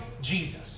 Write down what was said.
Jesus